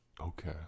okay